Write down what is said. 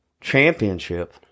championship